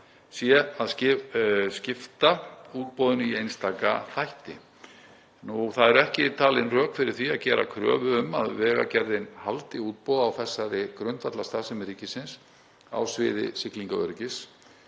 sé að skipta útboðinu í einstaka þætti. Það eru ekki talin rök fyrir því að gera kröfu um að Vegagerðin haldi útboð á þessari grundvallarstarfsemi ríkisins á sviði siglingaöryggis.